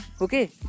okay